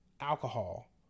alcohol